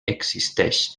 existeix